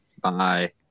bye